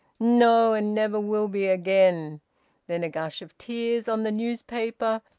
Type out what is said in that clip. no, and never will be again then a gush of tears on the newspaper,